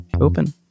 open